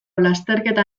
lasterketa